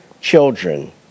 children